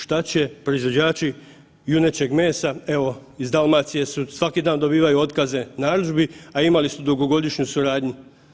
Što će proizvođači junećeg mesa, evo iz Dalmacije su, svaki dan dobivaju otkaze narudžbi, a imali su dugogodišnju suradnju?